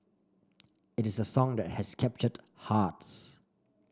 it is a song that has captured hearts